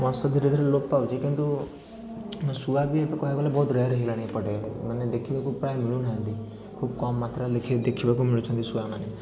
ବଂଶ ଧୀରେ ଧୀରେ ଲୋପ ପାଉଛି କିନ୍ତୁ ଶୁଆ ବି ଏପଟେ କହିବାକୁ ବହୁତ ରେଆର୍ ହେଇଗଲାଣି ଏପଟେ ମାନେ ଦେଖିବାକୁ ପ୍ରାୟ ମିଳୁନାହାନ୍ତି ଖୁବ୍ କମ୍ ମାତ୍ରାରେ ଲେଖି ଦେଖିବାକୁ ମିଳୁଛନ୍ତି ଶୁଆମାନେ